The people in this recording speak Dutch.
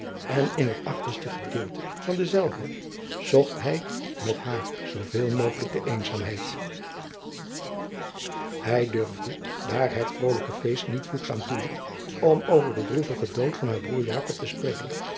en in het achterste gedeelte van denzelven zucht hij met haar zooveel mogelijk de eenzaamheid ij durfde daar het vrolijke feest niet voegzaam toeliet om over den droevigen dood van haar broeder te spreken